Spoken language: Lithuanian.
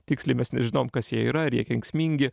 tiksliai mes nežinom kas jie yra ar jie kenksmingi